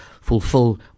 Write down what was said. fulfill